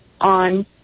on